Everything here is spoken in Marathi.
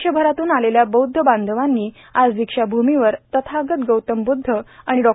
देशभरातून आलेल्या बौद्ध बांधवांनी आज दीक्षाभूमीवर तथागत गौतम बुद्ध आणि डॉ